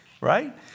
right